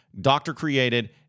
Doctor-created